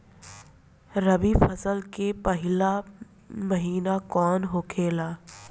रबी फसल के पहिला महिना कौन होखे ला?